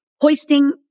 hoisting